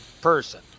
person